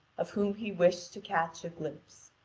of whom he wished to catch a glimpse.